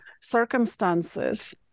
circumstances